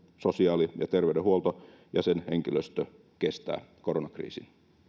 sosiaali ja terveydenhuolto ja sen henkilöstö kestävät koronakriisin